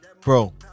Bro